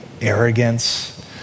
arrogance